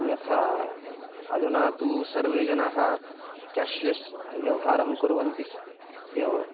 यथा अधुना तु सर्वे जनाः क्याश्लेस् व्यवहारं कुर्वन्ति एव